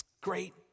Great